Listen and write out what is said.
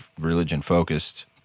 religion-focused